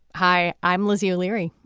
hi i'm lizzie o'leary.